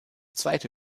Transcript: zweite